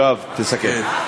יואב, תסכם.